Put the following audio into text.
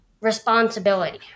responsibility